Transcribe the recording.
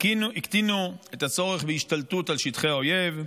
הקטינו את הצורך בהשתלטות על שטחי האויב,